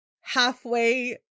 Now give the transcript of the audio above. halfway